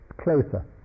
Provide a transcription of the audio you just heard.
closer